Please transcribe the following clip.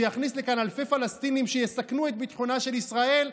שיכניס לכאן אלפי פלסטינים שיסכנו את ביטחונה של ישראל,